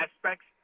aspects